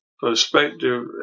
perspective